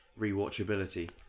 rewatchability